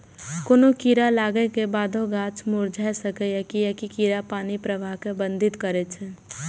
कोनो कीड़ा लागै के बादो गाछ मुरझा सकैए, कियैकि कीड़ा पानिक प्रवाह कें बाधित करै छै